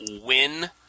win